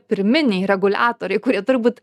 pirminiai reguliatoriai kurie turi būt